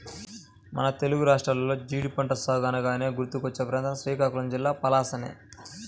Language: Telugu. మన తెలుగు రాష్ట్రాల్లో జీడి పంట సాగు అనగానే గుర్తుకొచ్చే ప్రాంతం శ్రీకాకుళం జిల్లా పలాసనే